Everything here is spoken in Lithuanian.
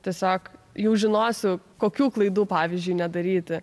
tiesiog jau žinosiu kokių klaidų pavyzdžiui nedaryti